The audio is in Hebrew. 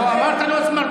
לא, אמרת לו סמרטוט.